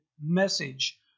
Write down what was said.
message